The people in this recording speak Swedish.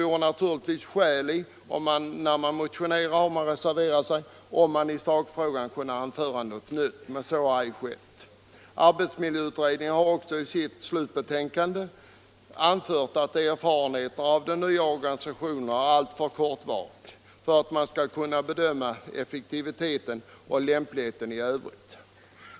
När man motionerar och reserverar sig vore det emellertid skäligt att i sakfrågan kunna anföra någonting nytt. men i detta fall har så oj skett. Arbetsmiljöberedningen har också i sitt slutbetänkande anfört att erfarenheterna av den uya organisationen är alltför knapphändiga för att man skall kunna bedöma effektiviteten och lämpligheten i övrigt.